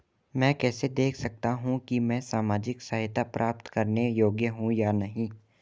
मैं कैसे देख सकता हूं कि मैं सामाजिक सहायता प्राप्त करने योग्य हूं या नहीं?